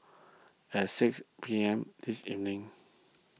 at six P M this evening